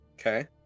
Okay